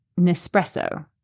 Nespresso